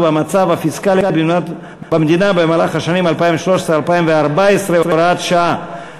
המצב הפיסקלי במדינה במהלך השנים 2013 ו-2014 (הוראת שעה).